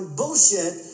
bullshit